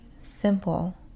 simple